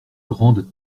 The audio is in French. grandes